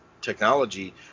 technology